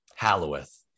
Halloweth